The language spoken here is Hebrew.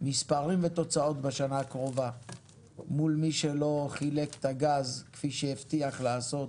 מספרים ותוצאות בשנה הקרובה מול מי שלא חילק את הגז כפי שהבטיח לעשות